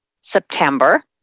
September